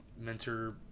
Mentor